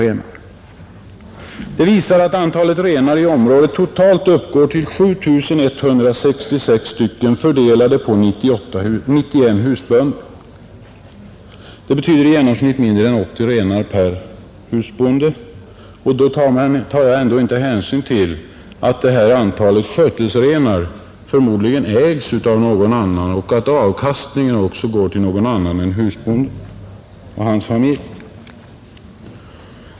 Detta visar att antalet renar i området totalt uppgår till 7 166, fördelade på 91 husbönder. Det betyder i genomsnitt mindre än 80 renar per husbonde, och då tar jag ändå inte hänsyn till att skötesrenarna förmodligen ägs av någon annan och att avkastningen alltså går till någon annan än husbonden och hans familj.